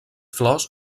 flors